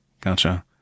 Gotcha